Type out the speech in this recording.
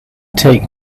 take